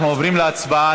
אנחנו עוברים להצבעה.